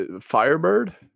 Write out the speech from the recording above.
Firebird